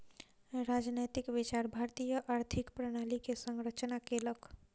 राजनैतिक विचार भारतीय आर्थिक प्रणाली के संरचना केलक